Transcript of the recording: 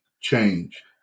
change